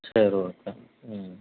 சரி ஓகே ம்